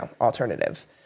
alternative